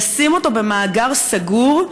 לשים אותם במאגר סגור,